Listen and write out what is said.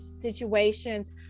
situations